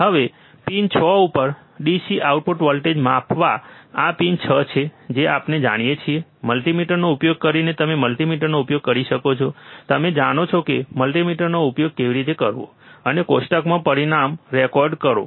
હવે પીન 6 ઉપર DC output voltage માપવા આ પિન 6 છે જે આપણે જાણીએ છીએ મલ્ટિમીટરનો ઉપયોગ કરીને તમે મલ્ટિમીટરનો ઉપયોગ કરી શકો છો તમે જાણો છો કે હવે મલ્ટિમીટરનો ઉપયોગ કેવી રીતે કરવો અને કોષ્ટકમાં પરિણામ રેકોર્ડ કરો